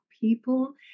people